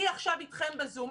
אני עכשיו איתכם בזום.